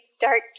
dark